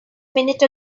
minute